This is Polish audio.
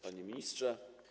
Panie Ministrze!